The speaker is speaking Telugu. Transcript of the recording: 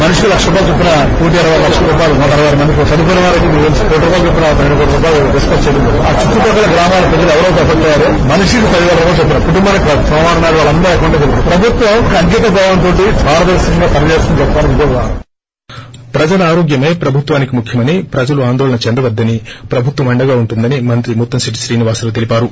బైట్ ముత్తంశెట్టి ప్రజల ఆరోగ్యమే ప్రభుత్వానికి ముఖ్యమని ప్రజలు ఆందోళన చెందవద్దని ప్రభుత్వం అండగా ఉంటుందని మంత్రి ముత్తంకెట్టి శ్రీనివాసరావు తెలిపారు